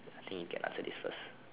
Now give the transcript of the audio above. I think you can answer this first